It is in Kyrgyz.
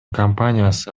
компаниясы